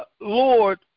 Lord